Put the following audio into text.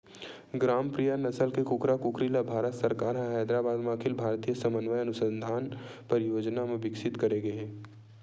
ग्रामप्रिया नसल के कुकरा कुकरी ल भारत सरकार ह हैदराबाद म अखिल भारतीय समन्वय अनुसंधान परियोजना म बिकसित करे गे हे